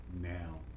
now